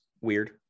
weird